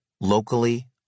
locally